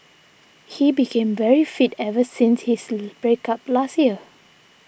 he became very fit ever since his break up last year